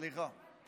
סליחה.